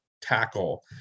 tackle